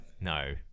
No